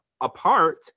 apart